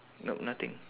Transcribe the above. nope nothing